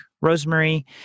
Rosemary